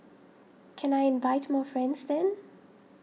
can I invite more friends then